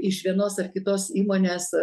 iš vienos ar kitos įmonės